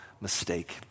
mistake